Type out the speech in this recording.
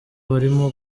barimo